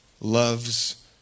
loves